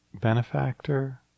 benefactor